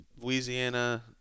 Louisiana